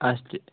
اچھ تہِ